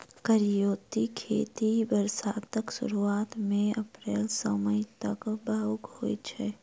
करियौती खेती बरसातक सुरुआत मे अप्रैल सँ मई तक बाउग होइ छै